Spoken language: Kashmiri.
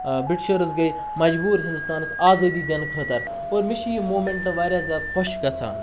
بِرٛٹشٲرٕز گٔیٚے مجبوٗر ہِندوستانَس آزٲدی دِنہٕ خٲطرٕ اور مےٚ چھِ یہِ موٗمینٛٹ واریاہ زیادٕ خۄش گژھان